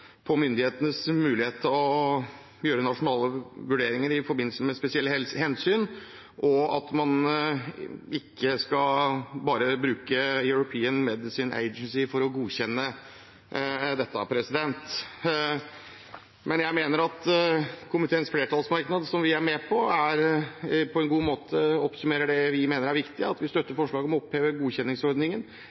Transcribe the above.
på myndighetenes mulighet til å gjøre nasjonale vurderinger i forbindelse med spesielle hensyn, og at man ikke bare skal bruke European Medicines Agency for å godkjenne dette. Men jeg mener at komiteens flertallsmerknad, som vi er med på, på en god måte oppsummerer det vi mener er viktig: at vi støtter forslaget om å oppheve godkjenningsordningen